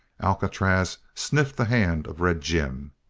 alcatraz sniffed the hand of red jim.